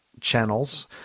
channels